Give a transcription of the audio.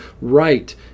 right